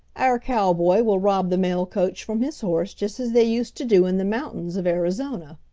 our cowboy will rob the mail coach from his horse just as they used to do in the mountains of arizona.